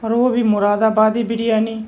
اور وہ بھی مراد آبادی بریانی